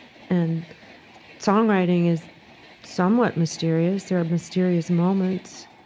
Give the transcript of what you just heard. and songwriting is somewhat mysterious there are mysterious moments.